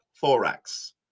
thorax